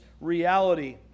reality